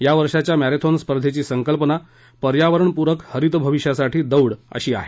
या वर्षाच्या मॅरेथॉन स्पधेंची संकल्पना पर्यावरणप्रक हरीत भविष्यासाठी दौड अशी आहे